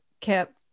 kept